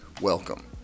welcome